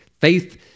Faith